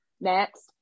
Next